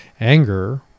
Anger